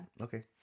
Okay